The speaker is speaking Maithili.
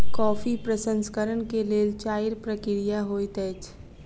कॉफ़ी प्रसंस्करण के लेल चाइर प्रक्रिया होइत अछि